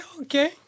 okay